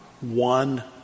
one